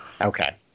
Okay